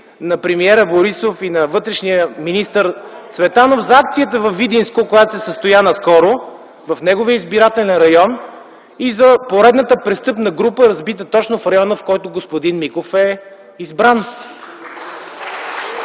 на премиера Борисов и на вътрешния министър Цветанов за акцията във Видинско, която се състоя наскоро в неговия избирателен район, и за поредната престъпна група, разбита точно в района, в който господин Миков е избран.